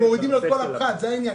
ומורידים לו את כל הפחת, זה העניין.